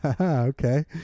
Okay